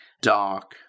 Dark